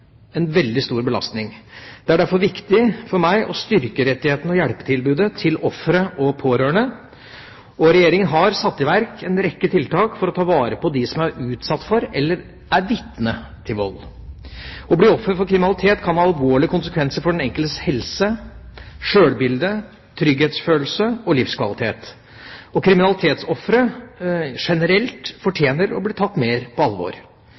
en veldig stor belastning. Det er derfor viktig for meg å styrke rettighetene og hjelpetilbudet til ofre og pårørende. Regjeringa har satt i verk en rekke tiltak for å ta vare på dem som er utsatt for eller er vitne til vold. Å bli offer for kriminalitet kan ha alvorlige konsekvenser for den enkeltes helse, sjølbilde, trygghetsfølelse og livskvalitet. Kriminalitetsofre generelt fortjener å bli tatt mer på alvor.